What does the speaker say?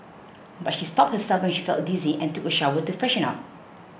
but she stopped herself when she felt dizzy and took a shower to freshen up